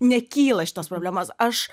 nekyla šitos problemas aš